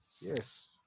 Yes